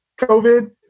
COVID